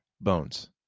bones